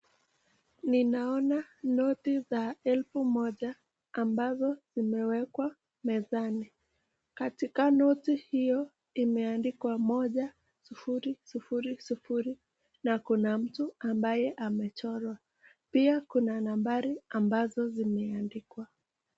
Ninaona noti za elfu moja ambazo zimewekwa mezani katika noti hiyo imeandikwa moja sufuri sufuri sufuri na kuna mtu ambaye amechorwa. Pia kuna nambari ambazo zimeandikwa.